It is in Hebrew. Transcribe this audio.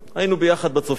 היינו יחד בצופים,